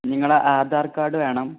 നിങ്ങളെ ആധാർ കാർഡ് വേണം